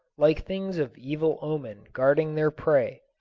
like things of evil omen guarding their prey.